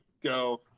go